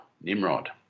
Nimrod